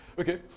Okay